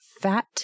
fat